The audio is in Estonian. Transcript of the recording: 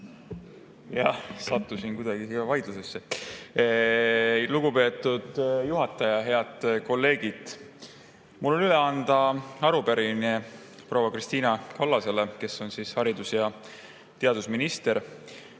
Jah, sattusin kuidagi siia vaidlusesse. Lugupeetud juhataja! Head kolleegid! Mul on üle anda arupärimine proua Kristina Kallasele, kes on haridus- ja teadusminister,